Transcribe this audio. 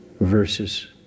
verses